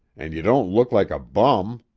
and you don't look like a bum.